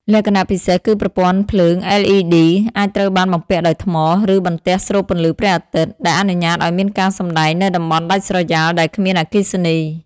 លក្ខណៈពិសេសគឺប្រព័ន្ធភ្លើង LED អាចត្រូវបានបំពាក់ដោយថ្ម ឬបន្ទះស្រូបពន្លឺព្រះអាទិត្យ ដែលអនុញ្ញាតឱ្យមានការសម្តែងនៅតំបន់ដាច់ស្រយាលដែលគ្មានអគ្គិសនី។